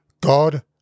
God